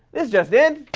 this just in,